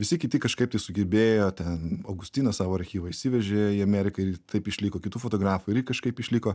visi kiti kažkaip tai sugebėjo ten augustinas savo archyvą išsivežė į ameriką ir taip išliko kitų fotografų irgi kažkaip išliko